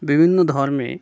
বিভিন্ন ধর্মে